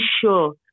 sure